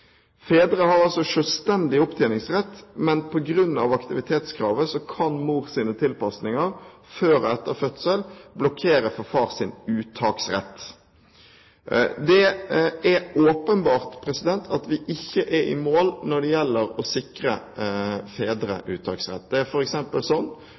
Fedre har altså selvstendig opptjeningsrett, men på grunn av aktivitetskravet kan mors tilpasninger før og etter fødsel blokkere for fars uttaksrett. Det er åpenbart at vi ikke er i mål når det gjelder å sikre